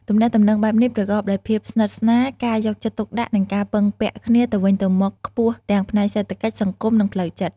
ទំនាក់ទំនងបែបនេះប្រកបដោយភាពស្និទ្ធស្នាល ការយកចិត្តទុកដាក់ និងការពឹងពាក់គ្នាទៅវិញទៅមកខ្ពស់ទាំងផ្នែកសេដ្ឋកិច្ច សង្គម និងផ្លូវចិត្ត។